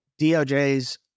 DOJ's